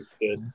good